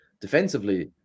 Defensively